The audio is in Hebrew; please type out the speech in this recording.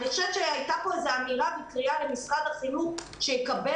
הייתה פה איזו אמירה וקריאה למשרד החינוך שיקבל